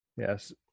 Yes